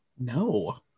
No